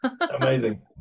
amazing